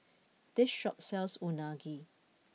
this shop sells Unagi